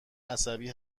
عصبی